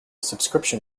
subscription